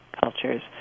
cultures